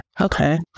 Okay